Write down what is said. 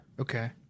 Okay